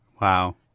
Wow